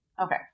Okay